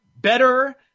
better